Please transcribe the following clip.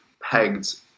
pegged